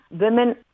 women